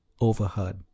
overheard